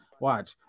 watch